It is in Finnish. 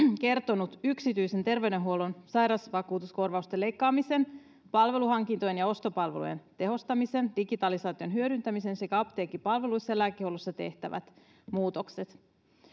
kertonut yksityisen terveydenhuollon sairausvakuutuskorvausten leikkaamisen palveluhankintojen ja ostopalvelujen tehostamisen digitalisaation hyödyntämisen sekä apteekkipalveluissa ja lääkehuollossa tehtävät muutokset